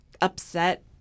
upset